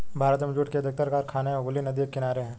भारत में जूट के अधिकतर कारखाने हुगली नदी के किनारे हैं